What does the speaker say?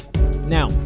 now